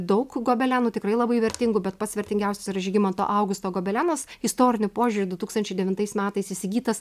daug gobelenų tikrai labai vertingų bet pats vertingiausias yra žygimanto augusto gobelenas istoriniu požiūriu du tūkstančiai devintais metais įsigytas